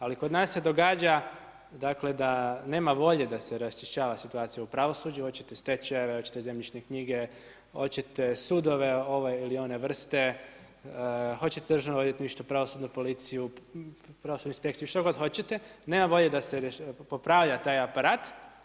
Ali, kod nas se događa da nema volje da se raščišćava situacija u pravosuđu, hoćete stečajeve, hoćete zemljišne knjige, hoćete sudove ove ili one vrste, hoćete Državno odvjetništvo, pravosudnu policiju, pravosudnu inspekciju, što god hoćete, nema volje da se popravlja taj aparat.